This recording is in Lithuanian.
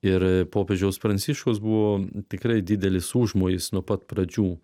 ir popiežiaus pranciškaus buvo tikrai didelis užmojis nuo pat pradžių